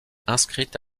inscrite